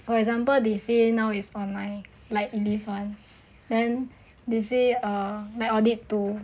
for example they say now is online like in this [one] then they say err like all need to